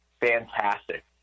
fantastic